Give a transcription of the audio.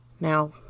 Now